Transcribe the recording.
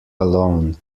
alone